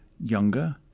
younger